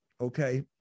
Okay